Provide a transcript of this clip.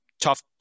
Tough